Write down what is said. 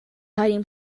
hiding